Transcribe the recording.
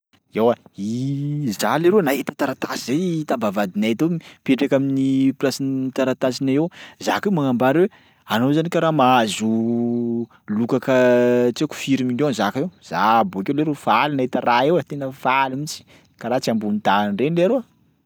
Eoa za leroa nahita taratasy zay tam-bavahadinay tao mipetraka amin'ny plasin'ny taratasinay eo za keo magnambara hoe anao zany karaha mahazo loka ka- tsy haiko firy million zaka io, za bôkeo leroa faly nahita raha io e tena faly mihitsy karaha tsy ambony tany reny leroa.